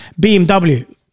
BMW